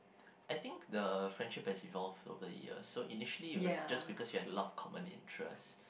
I think the friendship has evolved over the years so initially it was just because we have a lot of common interest